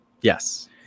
Yes